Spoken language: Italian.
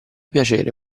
piacere